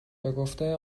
بگفته